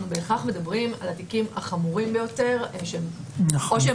אנו בהכרח מדברים על התיקים החמורים ביותר או שהם